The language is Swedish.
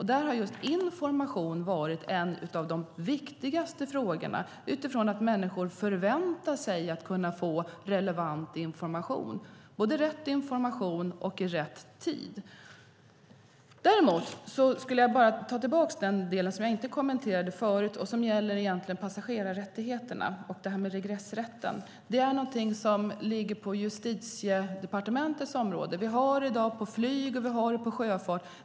Där har just information varit en av de viktigaste frågorna, utifrån att människor förväntar sig att kunna få relevant information. Det ska vara både rätt information och i rätt tid. Jag skulle vilja gå tillbaka till den del som jag inte kommenterade förut och som egentligen gäller passagerarrättigheterna och regressrätten. Det är någonting som hör till Justitiedepartementets område. Vi har det i dag på flyg, och vi har det på sjöfart.